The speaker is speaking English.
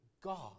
God